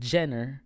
Jenner